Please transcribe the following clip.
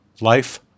Life